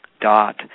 dot